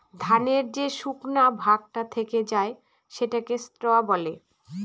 ধানের যে শুকনা ভাগটা থেকে যায় সেটাকে স্ত্র বলে